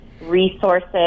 resources